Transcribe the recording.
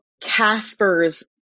Casper's